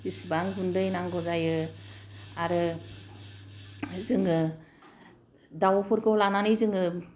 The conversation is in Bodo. बिसिबां गुन्दै नांगौ जायो आरो जोङो दाउफोरखौ लानानै जोङो